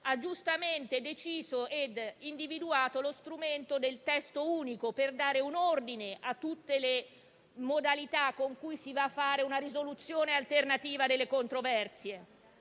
ha giustamente deciso e individuato lo strumento del testo unico per dare un ordine a tutte le modalità con le quali si procede a una risoluzione alternativa delle controversie